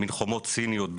מין חומות סיניות,